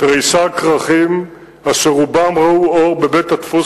תריסר כרכים אשר רובם ראו אור בבית-הדפוס